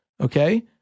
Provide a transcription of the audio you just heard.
Okay